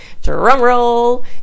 drumroll